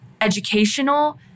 educational